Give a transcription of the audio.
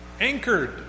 anchored